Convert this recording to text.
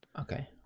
Okay